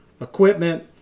equipment